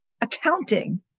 accounting